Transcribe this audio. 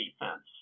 defense